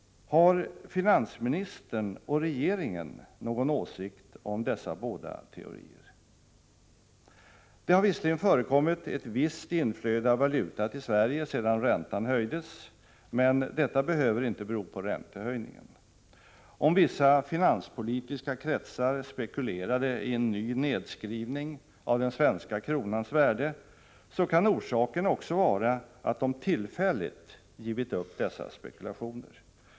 Har finansministern och regeringen någon åsikt om dessa båda teorier? Det har visserligen förekommit ett visst inflöde av valuta till Sverige sedan räntan höjdes, men detta behöver inte bero på räntehöjningen. Om vissa finanspolitiska kretsar spekulerade i en ny nedskrivning av den svenska kronans värde, så kan orsaken också vara att de tillfälligt givit upp dessa spekulationer.